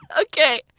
Okay